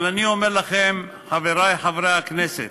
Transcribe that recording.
אבל אני אומר לכם, חברי חברי הכנסת,